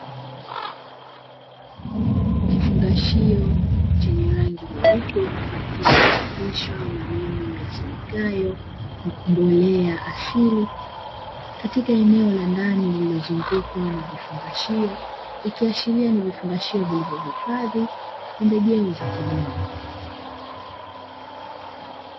Kifungashio chenye rangi nyeupe kilichochapishwa maneno yasomekayo mbolea asili, katika eneo la ndani lililozungukwa na vifungashio, ikiashiria ni vifungashio vilivyohifadhi pembejeo za kilimo.